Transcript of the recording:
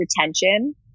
retention